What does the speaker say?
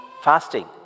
fasting